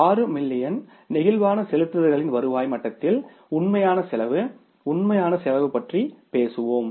6 million நெகிழ்வான செலுத்துதல்களின் வருவாய் மட்டத்தில் உண்மையான செலவு உண்மையான செலவு பற்றி பேசுவோம்